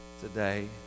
today